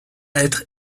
être